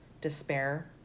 despair